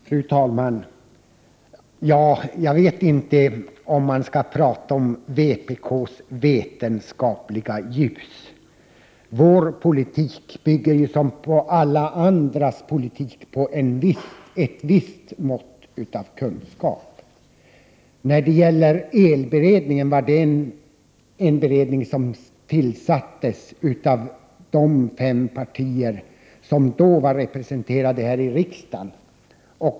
Fru talman! Jag vet inte om man skall prata om vpk:s vetenskapliga ljus. Vår politik bygger, som alla andras politik, på ett visst mått av kunskap. Elberedningen tillsattes av de fem partier som då var representerade här i riksdagen.